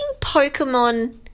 Pokemon